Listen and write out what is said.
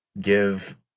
give